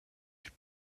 des